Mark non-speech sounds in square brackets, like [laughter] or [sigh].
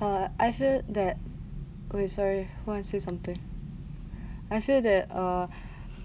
uh I feel that !oi! sorry why I say something [breath] I feel that uh